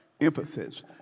emphasis